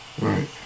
Right